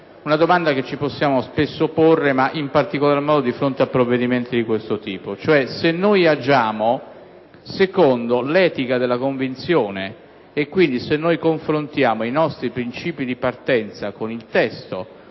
una domanda che ci possiamo spesso porre, ma in particolar modo di fronte a provvedimenti di questo tipo: cioè, se noi agiamo secondo l'etica della convinzione e, quindi, se noi confrontiamo i nostri principi di partenza con il testo